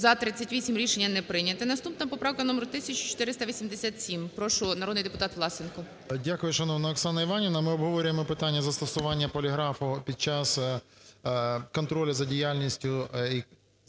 За-38 Рішення не прийнято. Наступна поправка номер 1487. Прошу, народний депутат Власенко. 16:17:10 ВЛАСЕНКО С.В. Дякую, шановна Оксана Іванівна. Ми обговорюємо питання застосування поліграфу під час контролю за діяльністю,